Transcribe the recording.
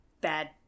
bad